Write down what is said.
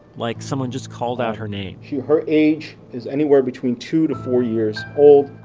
like someone just called out her name her age is anywhere between two-to-four years old.